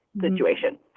situation